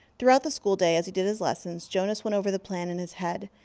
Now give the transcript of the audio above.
throughout the school day, as he did his lessons, jonas went over the plan in his head.